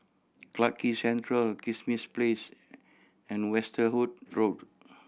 Clarke Quay Central Kismis Place and Westerhout Road